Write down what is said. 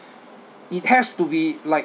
it has to be like